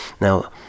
now